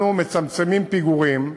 אנחנו מצמצמים פיגורים,